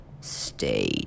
stay